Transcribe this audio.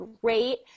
great